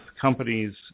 companies